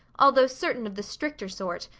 although certain of the stricter sort,